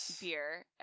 beer